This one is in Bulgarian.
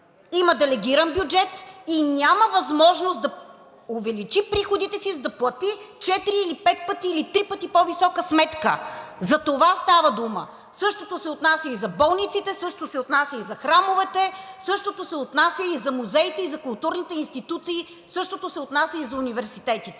Има делегиран бюджет и няма възможност да увеличи приходите си, за да плати четири или пет пъти, или три пъти по-висока сметка. За това става дума. Същото се отнася и за болниците, същото се отнася и за храмовете, същото се отнася и за музеите и за културните институции, същото се отнася и за университетите.